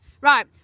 right